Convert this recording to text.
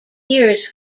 years